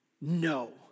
no